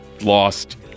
lost